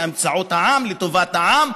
באמצעות העם,